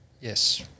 yes